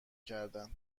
کردن